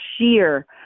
sheer